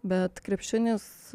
bet krepšinis